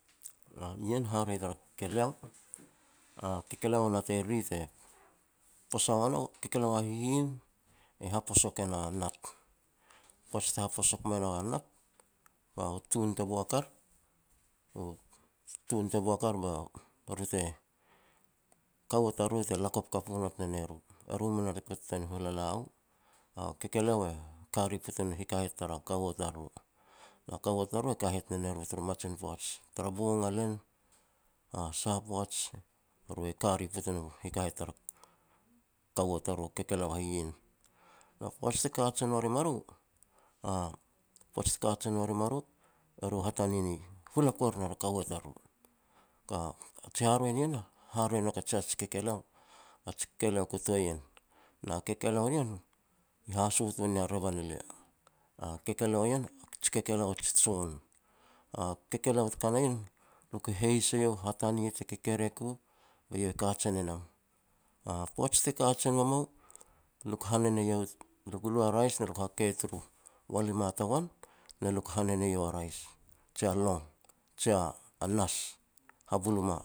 Ien haharoi tara kekeleo. A kekeleo natei riri te posa wa nou, kekeleo a hihin e haposok e na nat. Poaj te haposok me nou a nat, bou u tun te boak ar, bou tun te boak ar ba e ru te, kaua tariru te lakop kapu not ne ru, e ru mei not ta tuan hulala u. A kekeleo e ka ri patun hikahet tara kaua tariru, na kaua tariru e kahet ne no eru turu mamajin u poaj, tara bong a len a sa a poaj eru e ka ri patun hikahet tar kaua tariru, a kekeleo a hihin. Na poaj te kajen ua rim a ru poaj te kajen ua rim a ru, eru hatani ni hula kuer ner a kaua tariru. Ka ji haharoi ni yen haroi ne nouk a ji sia ji kekeleo, a ji kekeleo ku toi en, na kekeleo ni ien haso tun ya revan elia. A kekeleo ien a ji kekeleo a ji jon. A kekeleo te ka na ien, lia ku heis eiou hatane te kekerek u be eiau e kajen e nam. A poaj te kajen ua mou, lia ku hanen eiou, lia ku lu a rais ne luk hakei ia turu walima tagoan, ne luk hanen eiau a rias jia long, jia nas, habuluma,